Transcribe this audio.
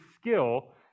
skill